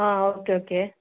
okay okay